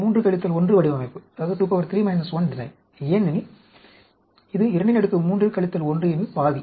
23 1 வடிவமைப்பு ஏனெனில் இது 23 1 இன் பாதி